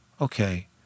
Okay